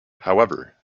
however